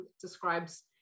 describes